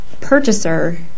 purchaser